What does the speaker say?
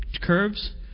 curves